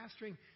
pastoring